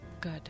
Good